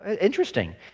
Interesting